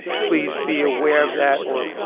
please be aware of that. or,